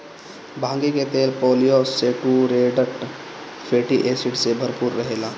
भांगी के तेल पालियन सैचुरेटेड फैटी एसिड से भरपूर रहेला